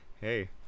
hey